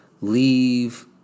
leave